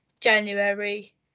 January